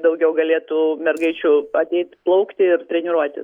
daugiau galėtų mergaičių ateit plaukti ir treniruotis